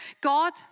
God